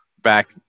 back